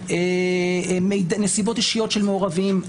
נסיבות אישיות של מעורבים,